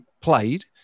played